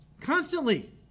constantly